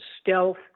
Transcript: stealth